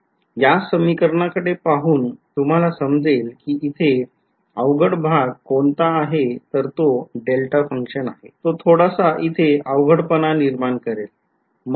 या समीकरणाकडे पाहून तुम्हाला समजेल कि इथे अवघड भाग कोणता आहे तर तो डेल्टा function आहे तो थोडासा इथे अवघडपणा निर्माण करेल